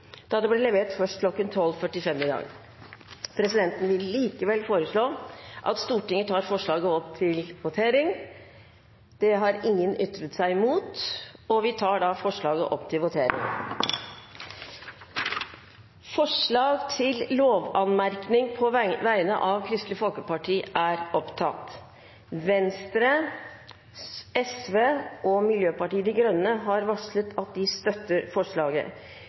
da det ble levert først kl. 12.45 i dag. Presidenten vil likevel foreslå at Stortinget tar forslaget opp til votering. – Ingen har ytret seg mot det, og vi tar da forslaget opp til votering. Venstre, Sosialistisk Venstreparti og Miljøpartiet De Grønne har varslet at de støtter forslaget.